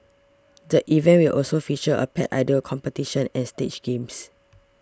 the event will also feature a Pet Idol competition and stage games